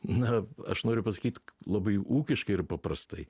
na aš noriu pasakyt labai ūkiškai ir paprastai